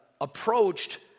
approached